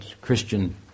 Christian